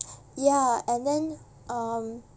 ya and then um